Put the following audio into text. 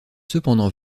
cependant